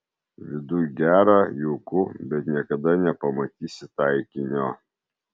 viduj gera jauku bet niekada nepamatysi taikinio